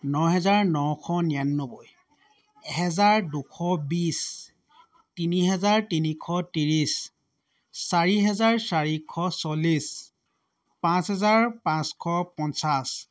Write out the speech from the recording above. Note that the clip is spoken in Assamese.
ন হেজাৰ নশ নিৰানব্বৈ এহেজাৰ দুশ বিছ তিনি হেজাৰ তিনিশ ত্ৰিছ চাৰি হেজাৰ চাৰিশ চল্লিছ পাঁচ হেজাৰ পাঁচশ পঞ্চাছ